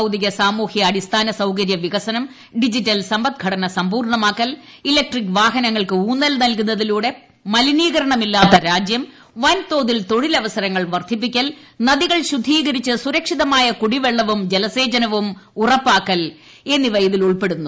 ഭൌതിക സാമൂഹൃ അടിസ്ഥാന സൌകരൃ വികസനം ഡിജിറ്റൽ സമ്പദ്ഘടന സമ്പൂർണ്ണമാക്കൽ ഇലക്ട്രിക് വാഹനങ്ങൾക്ക് ഊന്നൽ നൽകുന്നതിലൂടെ മലിനീകരണമില്ലാത്ത രാജ്യം വൻതോതിൽ തൊഴിലവസരങ്ങൾ വർദ്ധിപ്പിക്കൽ നദികൾ ശുദ്ധീകരിച്ച് സുരക്ഷിതമായ കുടിവെള്ളവും ജലസേചനവും ഉറപ്പാക്കൽ എന്നിവ ഇതിലുൾപ്പെടുന്നു